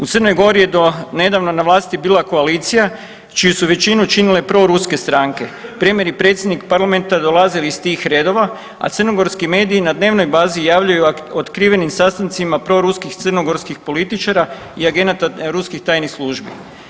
U Crnoj Gori je do nedavno na vlasti bila koalicija čiju su većinu činile proruske stranke, premije i predsjednik parlamenta dolaze iz tih redova, a crnogorski mediji na dnevnoj bazi javljaju o otkrivenim sastancima proruskih crnogorskih političara i agenata ruskih tajnih službi.